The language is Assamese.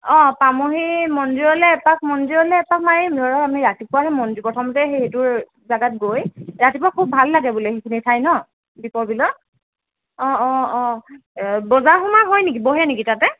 অঁ পামহি মন্দিৰলৈ এপাক মন্দিৰলৈ এপাক মাৰিম ধৰক আমি ৰাতিপুৱা সেই মন্দিৰ প্ৰথমতে সেইটো জাগাত গৈ ৰাতিপুৱা খুব ভাল লাগে বোলে সেইখিনি ঠাই ন দ্বীপৰ বিলৰ অঁ অঁ অঁ বজাৰ সমাৰ হয় নেকি বহে নেকি তাতে